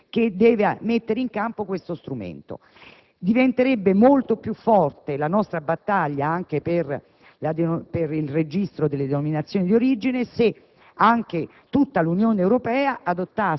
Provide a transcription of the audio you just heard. e anch'essa si deve render conto che deve mettere in campo questo strumento. Diventerebbe molto più forte la nostra battaglia anche per il registro delle denominazioni di origine se